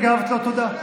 הגבת לו, תודה.